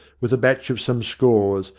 with a batch of some scores,